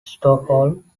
stockholm